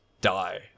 die